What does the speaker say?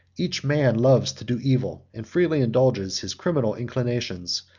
each man loves to do evil, and freely indulges his criminal inclinations.